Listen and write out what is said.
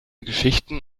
geschichten